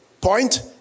point